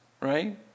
right